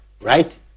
right